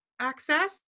access